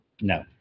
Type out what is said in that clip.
No